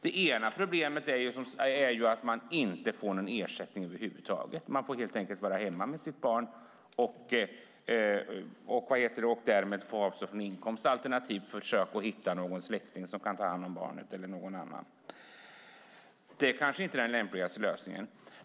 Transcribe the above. Det ena är att man inte får någon ersättning över huvud taget. Man får helt enkelt vara hemma med sitt barn och därmed avstå från inkomst. Alternativt får man försöka hitta någon släkting eller annan som kan ta hand om barnet. Det kanske inte är den lämpligaste lösningen.